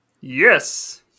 yes